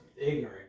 ignorant